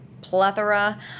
plethora